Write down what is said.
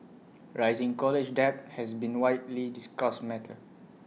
rising college debt has been A widely discussed matter